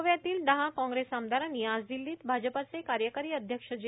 गोव्यातील दहा कँप्रेस आमदारांनी आज दिल्लीत भाजपाचे कार्यकारी अध्यक्ष जे